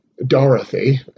dorothy